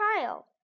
trial